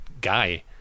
guy